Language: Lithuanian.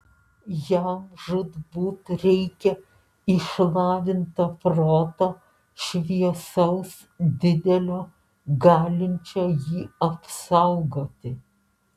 jam žūtbūt reikia išlavinto proto šviesaus didelio galinčio jį apsaugoti